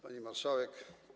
Pani Marszałek!